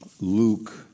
Luke